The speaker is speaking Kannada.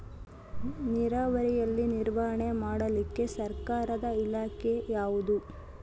ನೇರಾವರಿಯಲ್ಲಿ ನಿರ್ವಹಣೆ ಮಾಡಲಿಕ್ಕೆ ಸರ್ಕಾರದ ಇಲಾಖೆ ಯಾವುದು?